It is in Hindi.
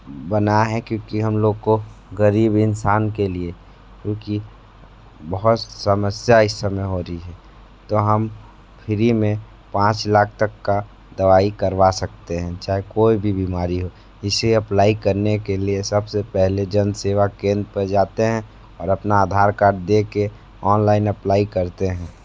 बना है क्योंकि हम लोग को गरीब इंसान के लिए क्योंकि बहुत समस्सया इस समय हो रही है तो हम फ़्री में पाँच लाख तक का दवाई करवा सकते हैं चाहे कोई भी बीमारी हो इसे अप्लाई करने के लिए सबसे पहले जनसेवा केंद्र पे जाते हैं अपना आधार कार्ड देके ऑनलाइन अप्लाई करते हैं